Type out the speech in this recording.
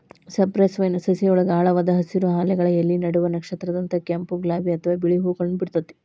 cypress vine ಸಸಿಯೊಳಗ ಆಳವಾದ ಹಸಿರು, ಹಾಲೆಗಳ ಎಲಿ ನಡುವ ನಕ್ಷತ್ರದಂತ ಕೆಂಪ್, ಗುಲಾಬಿ ಅತ್ವಾ ಬಿಳಿ ಹೂವುಗಳನ್ನ ಬಿಡ್ತೇತಿ